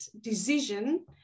decision